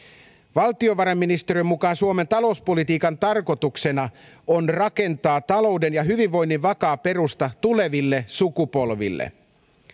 valtiovarainministeriön mukaan suomen talouspolitiikan tarkoituksena on rakentaa talouden ja hyvinvoinnin vakaa perusta tuleville sukupolville